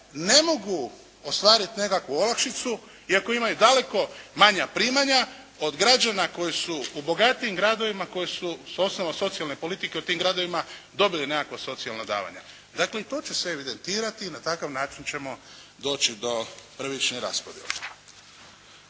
ne mogu ostvariti nekakvu olakšicu, iako imaju daleko manja primanja od građana koji su u bogatijim gradovima, koji su osnova socijalne politike, u tim gradovima dobili nekakva socijalna davanja. Dakle, i to će se evidentirati i na takav način ćemo doći do pravične raspodjele.